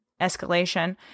escalation